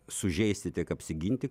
sužeisti tiek apsiginti kai